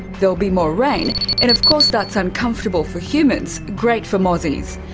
there'll be more rain and of course that's uncomfortable for humans, great for mozzies.